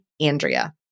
Andrea